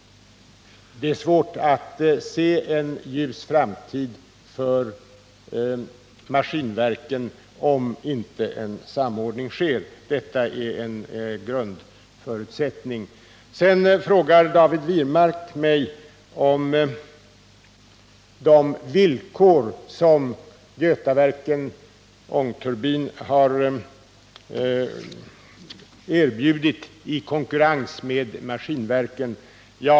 Det är svårt att se en ljus framtid för Maskinverken, om inte en samordning sker. Detta är en grundförutsättning. Sedan frågar David Wirmark mig om de villkor som Götaverken Ångteknik har erbjudit i konkurrens med Maskinverken.